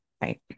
right